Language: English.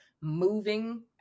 moving